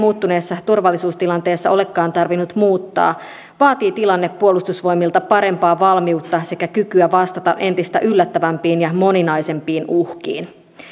muuttuneessa turvallisuustilanteessa olekaan tarvinnut muuttaa vaatii tilanne puolustusvoimilta parempaa valmiutta sekä kykyä vastata entistä yllättävämpiin ja moninaisempiin uhkiin